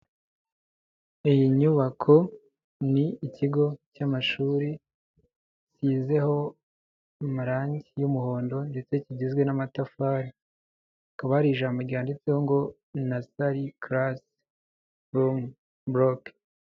Iyi nyubako ni ikigo cy'amashuri gisizeho amarangi y'umuhondo ndetse kigizwe n'amatafari, hakaba hari ijambo ryanditseho ngo: "Nasari karase rumu boloke".